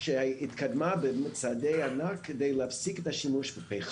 בוודאי שהיה צריך לראות ולוודא.